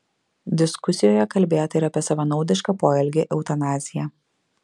diskusijoje kalbėta ir apie savanaudišką poelgį eutanaziją